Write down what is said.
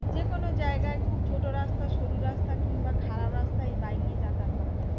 যে কোনো জায়গায় খুব ছোট রাস্তা সরু রাস্তা কিংবা খারাপ রাস্তা এই বাইক নিয়ে যাতায়াত করা যায়